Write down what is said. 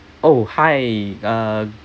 oh hi uh